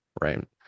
Right